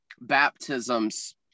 baptisms